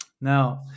Now